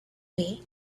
way